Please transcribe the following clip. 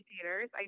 theaters